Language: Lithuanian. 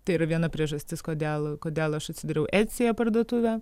tai yra viena priežastis kodėl kodėl aš atsidariau etsyje parduotuvę